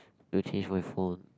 to change my phone